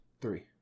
Three